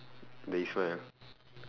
they smile